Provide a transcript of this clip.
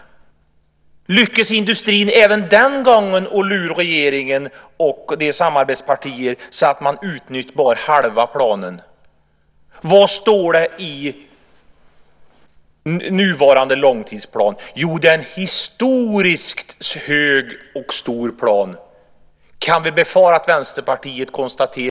Lyckades industrin även den gången lura regeringen och dess samarbetspartier så att man utnyttjade bara halva planen? Vad står det i nuvarande långtidsplan? Jo, det är en historiskt hög och stor plan. Kan vi befara att Vänsterpartiet konstaterar att detta inte är med sanningen överensstämmande, utan att det återigen är industrin som har lurats och att planen kommer att halveras?